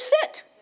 sit